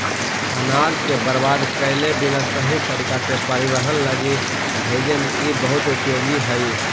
अनाज के बर्बाद कैले बिना सही तरीका से परिवहन लगी भेजे में इ बहुत उपयोगी हई